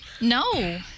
No